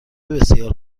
بسیار